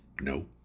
No